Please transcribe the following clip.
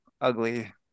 ugly